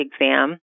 exam